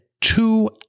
two